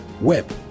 web